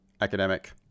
Academic